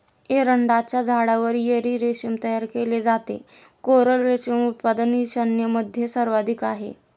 एरंडाच्या झाडावर एरी रेशीम तयार केले जाते, कोरल रेशीम उत्पादन ईशान्येमध्ये सर्वाधिक आहे